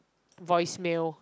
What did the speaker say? voicemail